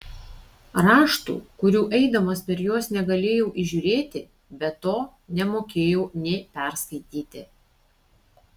raštų kurių eidamas per juos negalėjau įžiūrėti be to nemokėjau nė perskaityti